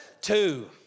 Two